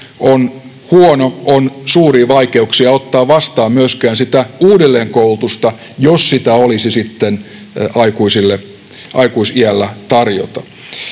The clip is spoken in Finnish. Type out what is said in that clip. on huono, on suuria vaikeuksia ottaa vastaan myöskään sitä uudelleenkoulutusta, jos sitä olisi sitten aikuisiällä tarjolla.